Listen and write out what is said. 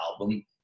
album